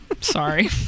Sorry